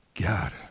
god